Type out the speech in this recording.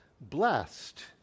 blessed